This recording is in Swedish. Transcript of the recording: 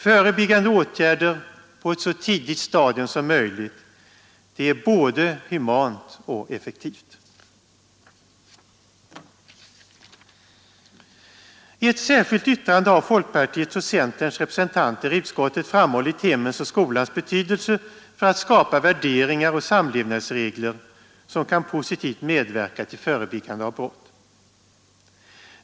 Förebyggande åtgärder på ett så tidigt stadium som möjligt är både humant och effektivt. I ett särskilt yttrande har folkpartiets och centerns representanter i utskottet framhållit hemmets och skolans betydelse för att skapa värderingar och samlevnadsregler som positivt kan medverka till förebyggande av brott.